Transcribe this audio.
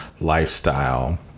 lifestyle